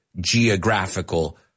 Geographical